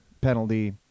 penalty